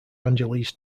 angeles